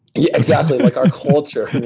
yeah exactly, like our culture,